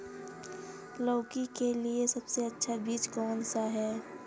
लौकी के लिए सबसे अच्छा बीज कौन सा है?